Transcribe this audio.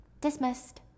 Dismissed